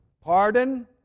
Pardon